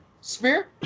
Spear